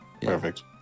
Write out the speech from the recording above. perfect